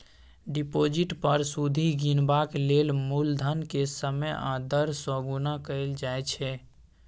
deposit पर सुदि गिनबाक लेल मुलधन केँ समय आ दर सँ गुणा कएल जाइ छै